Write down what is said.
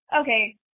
Okay